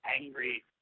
angry